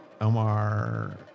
Omar